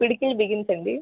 పిడికిలి బిగించండి